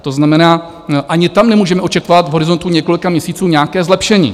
To znamená, že ani tam nemůžeme očekávat v horizontu několika měsíců nějaké zlepšení.